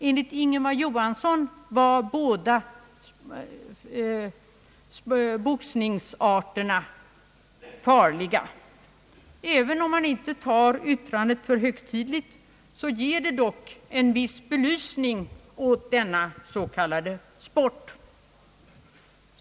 Enligt Ingemar Johansson var båda boxningsarterna farliga. även om man inte tar yttran det för högtidligt så ger det dock en viss belysning av denna s.k. sport.